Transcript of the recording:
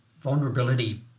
vulnerability